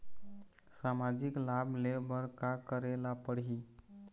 सामाजिक लाभ ले बर का करे ला पड़ही?